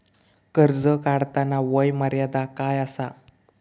कर्ज काढताना वय मर्यादा काय आसा?